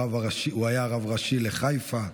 הוא היה הרב הראשי לחיפה,